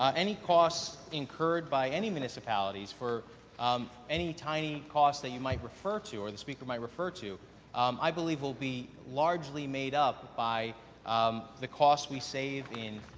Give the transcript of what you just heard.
um any costs incurred by any municipalities for um any tiny cost that you might refer to, or the speaker might refer to i believe will be largely made up by um the costs we save in